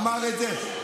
אמר את זה,